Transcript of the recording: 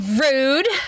Rude